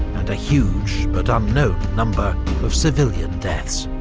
and a huge but unknown number of civilian deaths.